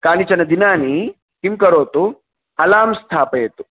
कानिचन दिनानि किं करोतु अलार्म् स्थापयतु